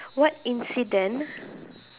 what incident